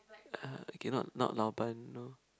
uh okay cannot not Lao Ban no